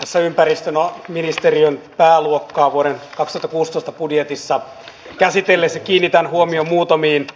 tässä ympäristön ministeriön pääluokkaa vuoden osalta puustosta budjetissa käsitellyt hitaan huomion muutamiin